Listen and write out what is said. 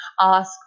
ask